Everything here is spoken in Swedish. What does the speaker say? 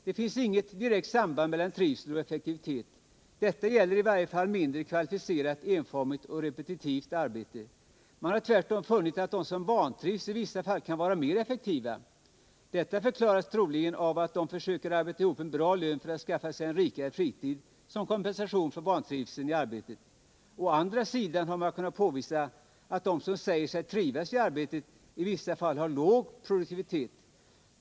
Det finns inget direkt samband mellan trivsel och effektivitet. Detta gäller i varje fall mindre kvalificerat, enformigt och repetitivt arbete. Man har tvärtom funnit att de som vantrivs i vissa fall kan vara mer effektiva. Detta förklaras troligen av att de försöker arbeta ihop en bra lön för att skapa sig en rikare fritid, som kompensation för vantrivseln i arbetet. Å andra sidan har man kunnat påvisa att de som säger sig trivas i arbetet i vissa fall har låg produktivitet.